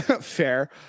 Fair